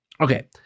Okay